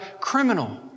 criminal